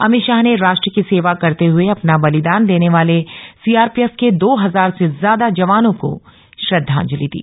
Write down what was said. अमित शाह ने राष्ट्र की सेवा करते हुए अपना बलिदान देने वाले सीआरपीएफ के दो हजार से ज्यादा जवानों को श्रद्धांजलि दी